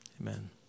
Amen